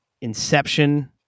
Inception